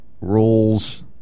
rules